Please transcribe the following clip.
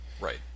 Right